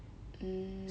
hmm